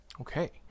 Okay